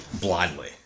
Blindly